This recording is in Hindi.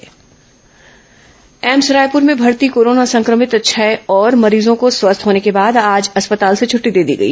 कोरोना मरीज स्वस्थ एम्स रायपुर में भर्ती कोरोना संक्रमित छह और मरीजों को स्वस्थ होने के बाद आज अस्पताल से छटटी दे दी गई